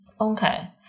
Okay